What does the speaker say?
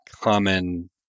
common